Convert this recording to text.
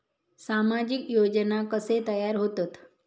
सामाजिक योजना कसे तयार होतत?